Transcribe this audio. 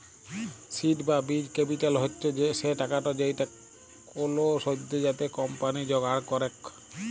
seed বা বীজ capital হচ্ছ সে টাকাটা যেইটা কোলো সদ্যজাত কম্পানি জোগাড় করেক